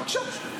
בבקשה.